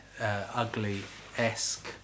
Ugly-esque